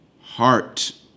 heart